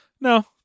No